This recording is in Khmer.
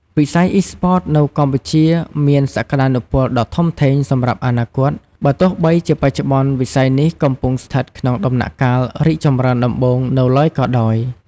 វិស័យ Esports នៅកម្ពុជានៅមានសក្ដានុពលដ៏ធំធេងសម្រាប់អនាគត បើទោះបីជាបច្ចុប្បន្នវិស័យនេះកំពុងស្ថិតក្នុងដំណាក់កាលរីកចម្រើនដំបូងនៅឡើយក៏ដោយ។